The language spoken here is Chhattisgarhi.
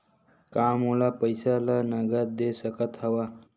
का मोला पईसा ला नगद दे सकत हव?